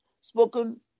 spoken